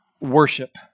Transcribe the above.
worship